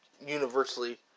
universally